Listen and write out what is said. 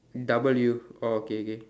W orh okay okay